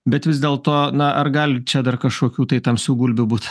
bet vis dėlto na ar gali čia dar kažkokių tai tamsių gulbių būt